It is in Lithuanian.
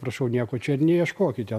prašau nieko čia ir neieškokite